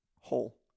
whole